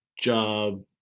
job